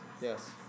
Yes